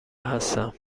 هستم